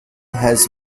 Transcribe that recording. has